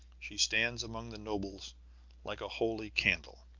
she stands among the nobles like a holy candle.